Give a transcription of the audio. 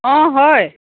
অঁ হয়